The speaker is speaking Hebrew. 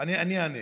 אני אענה.